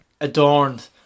adorned